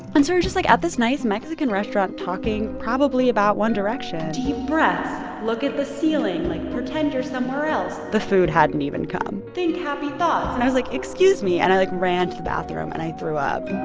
and so we're just, like, at this nice mexican restaurant talking probably about one direction deep breaths look at the ceiling. like, pretend you're somewhere else the food hadn't even come think happy thoughts. and i was like, excuse me. and i, like, ran to the bathroom, and i threw up